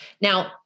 Now